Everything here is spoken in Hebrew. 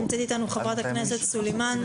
נמצאת איתנו חברת הכנסת עאידה.